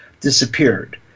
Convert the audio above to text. disappeared